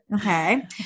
okay